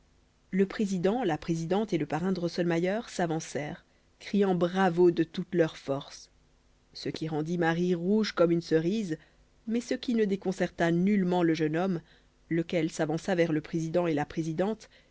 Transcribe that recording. le président la présidente et le parrain drosselmayer s'avancèrent criant bravo de toutes leurs forces ce qui rendit marie rouge comme une cerise mais ce qui ne déconcerta nullement le jeune homme lequel s'avança vers le président et la présidente